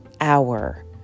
hour